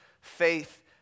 faith